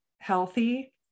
healthy